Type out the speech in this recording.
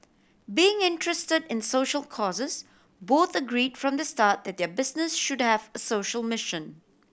being interested in social causes both agree from the start that their business should have a social mission